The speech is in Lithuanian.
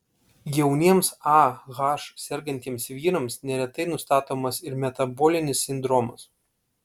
jauniems ah sergantiems vyrams neretai nustatomas ir metabolinis sindromas